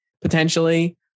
Potentially